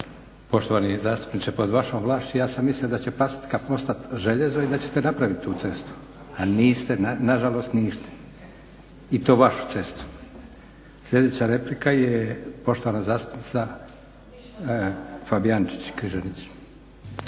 Poštovani zastupniče, pod vašom vlašću ja sam mislio da će … postat željezo i da ćete napravit tu cestu, a niste, nažalost niste i to vašu cestu. Sljedeća replika je poštovana zastupnica Fabijančić-Križanić.